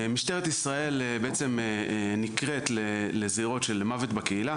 משטרת ישראל בעצם נקראת לזירות של מוות בקהילה.